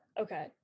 Okay